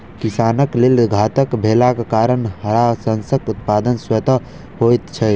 किसानक लेल घातक भेलाक कारणेँ हड़ाशंखक उत्पादन स्वतः होइत छै